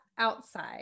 Outside